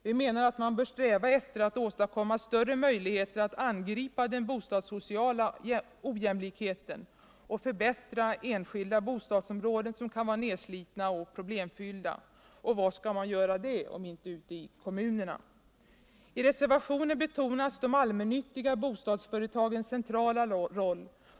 Vi menar att man bör sträva efter att åstadkomma större möjligheter att angripa den bostadssociala ojämlikheten och förbättra enskilda bostadsområden som kan vara nedslitna och problemfyllda. Och var skall man göra det om inte ute i kommunerna? I reservationen betonas de allmännyttiga bostadsföretagens centrala roll.